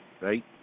right